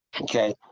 Okay